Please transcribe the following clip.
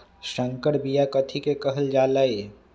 संकर बिया कथि के कहल जा लई?